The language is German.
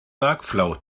workflow